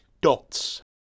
dots